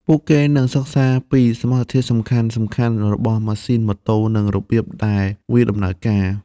ពួកគេនឹងសិក្សាពីសមាសធាតុសំខាន់ៗរបស់ម៉ាស៊ីនម៉ូតូនិងរបៀបដែលវាដំណើរការ។